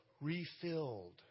refilled